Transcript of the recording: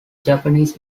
japanese